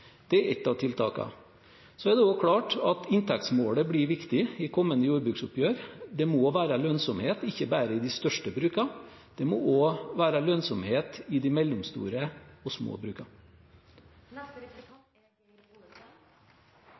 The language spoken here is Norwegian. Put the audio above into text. Det er ett av tiltakene. Så er det også klart at inntektsmålet blir viktig i kommende jordbruksoppgjør. Det må være lønnsomhet ikke bare for de største brukene. Det må også være lønnsomhet i de mellomstore og små